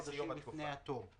לפני התום.